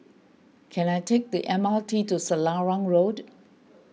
can I take the M R T to Selarang Road